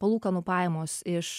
palūkanų pajamos iš